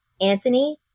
Anthony